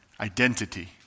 identity